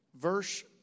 verse